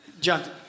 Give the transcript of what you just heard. John